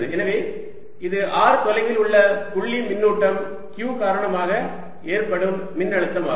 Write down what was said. எனவே இது r தொலைவில் உள்ள புள்ளி மின்னூட்டம் q காரணமாக ஏற்படும் மின்னழுத்தமாகும்